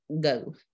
go